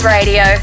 Radio